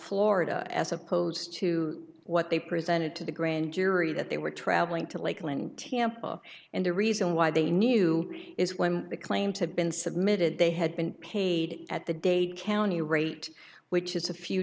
florida as opposed to what they presented to the grand jury that they were traveling to lakeland tampa and the reason why they knew is when they claim to have been submitted they had been paid at the dade county rate which is a few